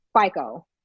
FICO